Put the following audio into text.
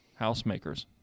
housemakers